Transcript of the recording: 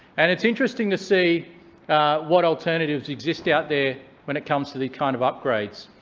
and it's interesting to see what alternatives exist out there when it comes to the kind of upgrades.